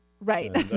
Right